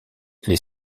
les